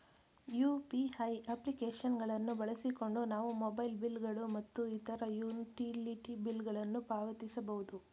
UPI application ಗಳನ್ನು ಬಳಸಿಕೊಂಡು ನಾವು ಮೊಬೈಲ್ ಬಿಲ್ ಗಳು ಮತ್ತು ಇತರ ಯುಟಿಲಿಟಿ ಬಿಲ್ ಗಳನ್ನು ಪಾವತಿಸಬಹುದು